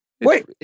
wait